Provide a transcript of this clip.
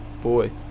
Boy